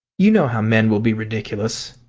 you know how men will be ridiculous.